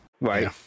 Right